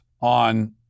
on